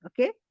okay